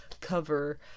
cover